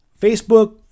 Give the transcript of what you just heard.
Facebook